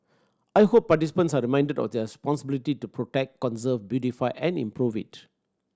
I hope participants are reminded of their responsibility to protect conserve beautify and improve it